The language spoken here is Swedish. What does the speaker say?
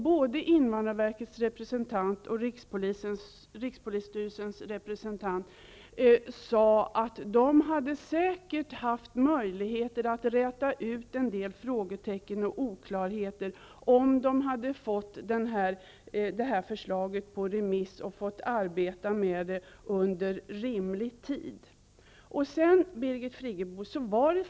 Både invandrarverkets representant och rikspolisstyrelsens representant sade att de säkert haft möjligheter att räta ut en del frågetecken och skingra oklarheter om de hade fått förslaget på remiss och kunnat arbeta med det under rimlig tid.